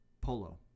polo